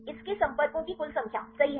इसके संपर्कों की कुल संख्या सही है